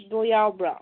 ꯗꯣ ꯌꯥꯎꯕ꯭ꯔꯣ